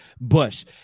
Bush